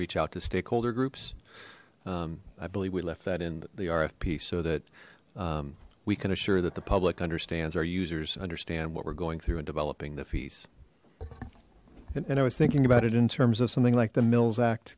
reach out to stakeholder groups i believe we left that in the rfp so that we can assure that the public understands our users understand what we're going through and developing the fees and i was thinking about it in terms of something like the mills act